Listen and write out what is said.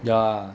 ya